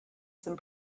some